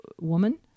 woman